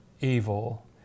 evil